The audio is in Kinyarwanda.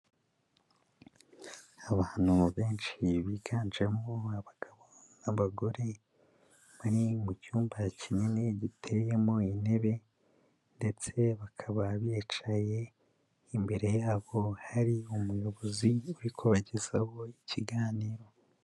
Abantu benshi biganjemo abagabo n'abagore bari mu cyumba kinini giteyemo intebe ndetse bakaba bicaye, imbere yabo hari umuyobozi uri kubagezaho ikiganiro.